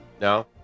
No